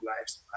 lives